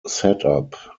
setup